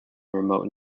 remote